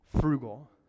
frugal